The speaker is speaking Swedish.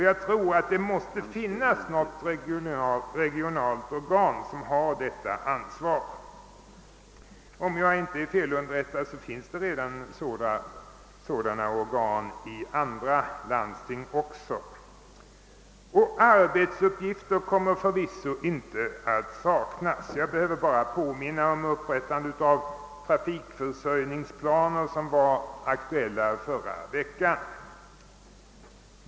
Jag tror också att det måste finnas ett regionalt organ som har det ansvaret, och om jag inte är felunderrättad finns det redan sådana organ i andra landsting. Arbetsuppgifter kommer förvisso inte att saknas för det organet. Jag behöver bara nämna upprättandet av trafikförsörjningsplaner, en fråga som vi diskuterade här förra veckan.